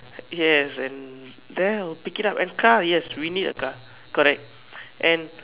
yes and there I'll pick it up and car yes we need a car correct and